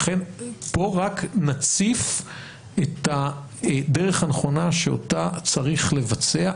לכן פה רק נציף את הדרך הנכונה שאותה צריך לבצע,